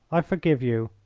i forgive you,